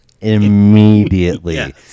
immediately